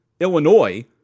Illinois